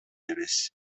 эмес